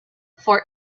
for